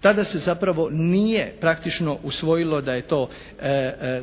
Tada se zapravo nije praktično usvojilo da je to